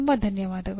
ತುಂಬ ಧನ್ಯವಾದಗಳು